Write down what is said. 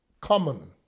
common